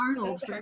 Arnold